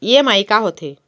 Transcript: EMI का होथे?